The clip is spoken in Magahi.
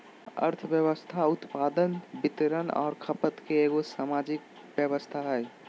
अर्थव्यवस्था उत्पादन, वितरण औरो खपत के एगो सामाजिक व्यवस्था हइ